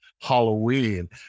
Halloween